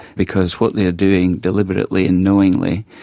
because what they are doing, deliberately and knowingly,